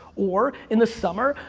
or in the summer,